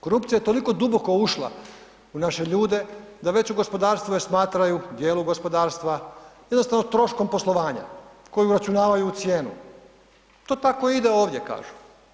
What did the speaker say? Korupcija je toliko duboko ušla u naše ljude da već u gospodarstvu je smatraju, u djelu gospodarstva, da jednostavno troškom poslovanja koji uračunavaju cijenu, to tako ide ovdje, kažu.